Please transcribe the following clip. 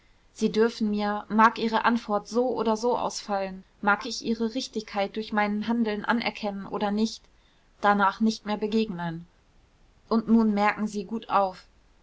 sie dürfen mir mag ihre antwort so oder so ausfallen mag ich ihre richtigkeit durch mein handeln anerkennen oder nicht danach nicht mehr begegnen und nun merken sie gut auf